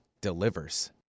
delivers